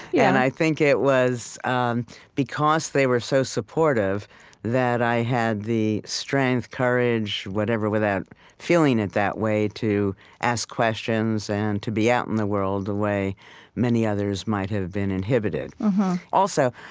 yeah and i think it was um because they were so supportive that i had the strength, courage, whatever, without feeling it that way, to ask questions and to be out in the world the way many others might have been inhibited also,